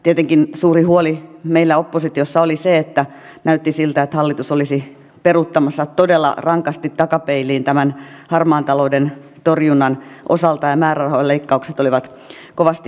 tietenkin suuri huoli meillä oppositiossa oli se että näytti siltä että hallitus olisi peruuttamassa todella rankasti takapeiliin tämän harmaan talouden torjunnan osalta ja määrärahojen leikkaukset olivat kovasti pöydässä